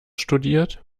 studiert